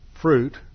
fruit